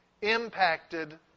impacted